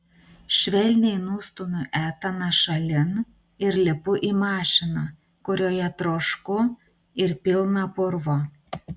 švelniai nustumiu etaną šalin ir lipu į mašiną kurioje trošku ir pilna purvo